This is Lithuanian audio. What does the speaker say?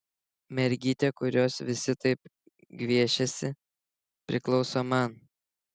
mergytė kurios visi taip gviešiasi priklauso man